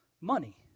money